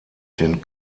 den